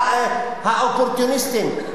האופורטוניסטים,